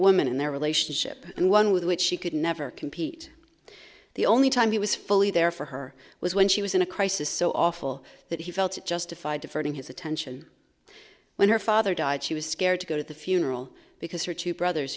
woman in their relationship and one with which she could never compete the only time he was fully there for her was when she was in a crisis so awful that he felt justified diverting his attention when her father died she was scared to go to the funeral because her two brothers